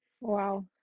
wow